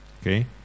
Okay